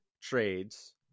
trades